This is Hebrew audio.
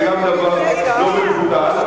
זה גם דבר לא מבוטל,